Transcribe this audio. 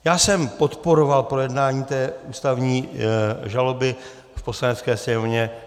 Já jsem podporoval projednání té ústavní žaloby v Poslanecké sněmovně.